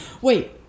wait